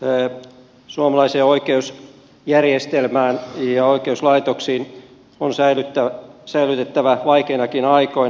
kansalaisten luottamus suomalaiseen oikeusjärjestelmään ja oikeuslaitoksiin on säilytettävä vaikeinakin aikoina